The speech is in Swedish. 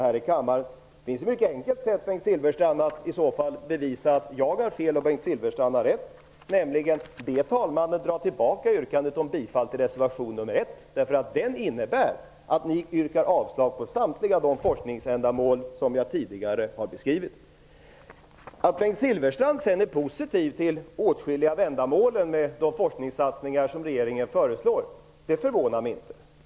Det finns i så fall ett mycket enkelt sätt att bevisa att jag har fel och att Bengt Silfverstrand har rätt. Han kan be talmannen att dra tillbaka yrkandet om bifall till reservation nr 1. Det yrkandet innebär nämligen att ni yrkar avslag på samtliga de forskningsändamål som jag tidigare har beskrivit. Att Bengt Silfverstrand sedan är positiv till åtskilliga av ändamålen med de forskningssatsningar som regeringen föreslår förvånar mig inte.